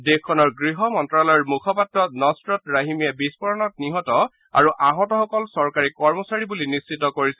দেশখনৰ গৃহ মন্ত্যালয়ৰ মুখপাত্ৰ নছৰৎ ৰাহিমীয়ে বিস্ফোৰণত নিহত আৰু আহতসকল চৰকাৰী কৰ্মচাৰী বুলি নিশ্চিত কৰিছে